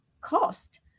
cost